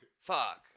Fuck